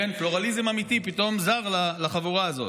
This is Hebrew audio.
כן, פלורליזם אמיתי פתאום זר לחבורה הזאת.